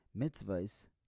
Mitzvahs